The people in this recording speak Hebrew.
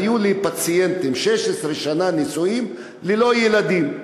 היו לי פציינטים, 16 שנה נשואים ללא ילדים.